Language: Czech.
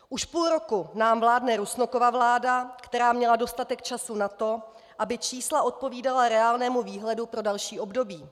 Už půl roku nám vládne Rusnokova vláda, která měla dostatek času na to, aby čísla odpovídala reálnému výhledu pro další období.